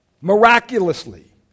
Miraculously